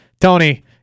Tony